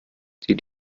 die